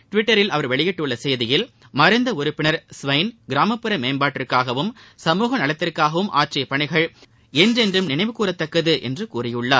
டிவிட்டரில் அவர் வெளியிட்டுள்ள செய்தியில் மறைந்த உறுப்பினர் ஸ்வைள் கிராமப்புற மேம்டாட்டிற்காகவும் சமூக நலத்திற்காகவும் ஆற்றிய பணிகள் என்றென்றும் நினைவுக் கூற தக்கது என்று கூறியுள்ளார்